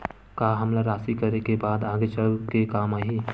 का हमला राशि करे के बाद आगे चल के काम आही?